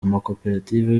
amakoperative